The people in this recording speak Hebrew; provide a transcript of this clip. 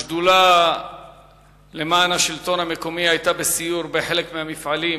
השדולה למען השלטון המקומי היתה בסיור בחלק מהמפעלים